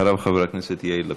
אחריו, חבר הכנסת יאיר לפיד.